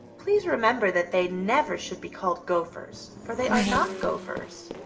please remember that they never should be called gophers, for they are not gophers.